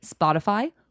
spotify